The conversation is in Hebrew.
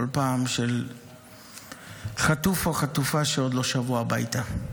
כל פעם של חטוף או חטופה שעוד לא שבו הביתה.